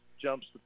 jumps